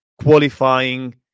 qualifying